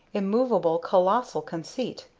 immovable colossal conceit!